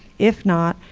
if not,